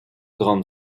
grandes